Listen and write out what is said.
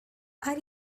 are